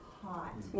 hot